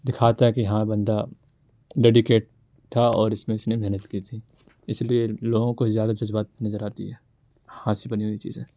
دکھاتا ہے کہ ہاں بندہ ڈیڈیکیٹ تھا اور اس میں اس نے محنت کی تھی اس لیے لوگوں کو زیادہ جذباتی نظر آتی ہے ہاتھ سے بنی ہوئی چیزیں